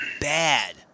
bad